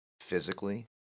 physically